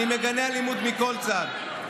אני מגנה אלימות מכל צד.